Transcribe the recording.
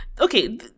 Okay